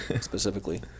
specifically